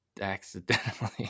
accidentally